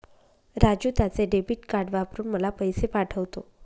राजू त्याचे debit card वापरून मला पैसे पाठवतो